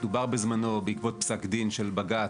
דובר בזמנו בעקבות פסק דין של בג"ץ